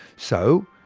so,